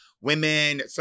women